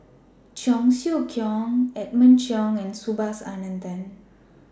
Cheong Siew Keong Edmund Cheng and Subhas Anandan